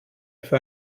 für